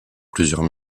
plusieurs